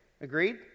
Agreed